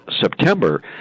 September